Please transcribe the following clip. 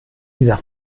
dieser